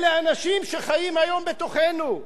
אלה אנשים שחיים היום בתוכנו.